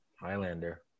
Highlander